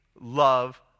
love